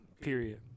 Period